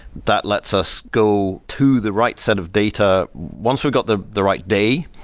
that lets us go to the right set of data. once we got the the right day,